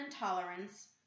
intolerance